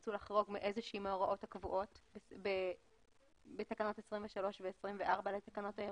ירצו לחרוג מההוראות הקבועות בתקנות 23 ו-24 לתקנות הירושה.